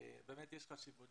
באמת יש חשיבות